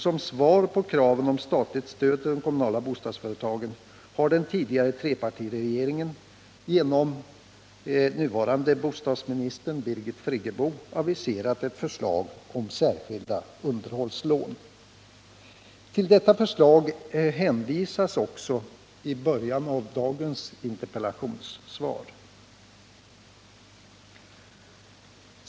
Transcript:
Som svar på kraven på statligt stöd till de kommunala bostadsföretagen har den tidigare trepartiregeringen genom den nuvarande bostadsministern Birgit Friggebo aviserat ett förslag om särskilda underhållslån. Till detta förslag hänvisas också i början av dagens interpellationssvar.